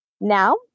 Now